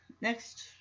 next